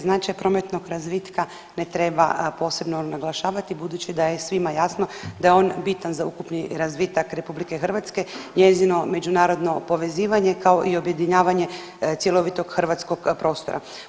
Značaj prometnog razvitka ne treba posebno naglašavati budući da je svima jasno da je on bitan za ukupni razvitak RH, njezino međunarodno povezivanje, kao i objedinjavanje cjelovitog hrvatskog prostora.